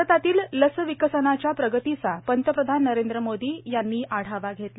भारतातील लस विकसनाच्या प्रगतीचा पंतप्रधान नरेंद्र मोदी यांनी आढावा घेतला